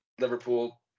Liverpool